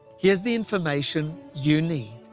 here's the information you need.